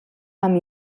amb